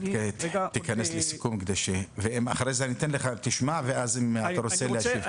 תשמע ואחרי זה אני אתן לך ואז אם תרצה להשיב,